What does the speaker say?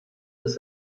das